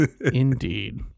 indeed